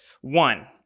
One